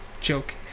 Joke